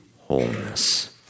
wholeness